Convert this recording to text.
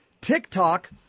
TikTok